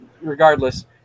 regardless